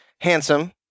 handsome